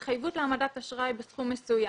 התחייבות להעמדת אשראי בסכום מסוים.